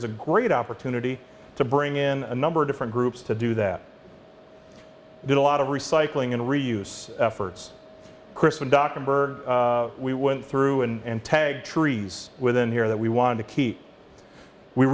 was a great opportunity to bring in a number of different groups to do that did a lot of recycling and reuse efforts christian doctrine we went through and tagged trees within here that we wanted to keep we